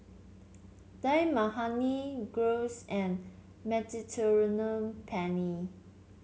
Dal Makhani Gyros and Mediterranean Penne